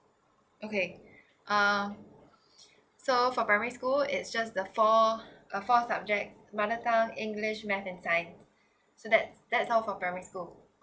okay uh so for primary school it's just the four uh four subject mother tongue english math and science so that that's all for primary school